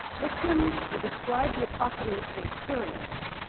victims will describe the atrocities they experience.